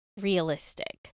realistic